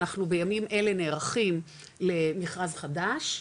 אנחנו בימים אלה נערכים למכרז חדש,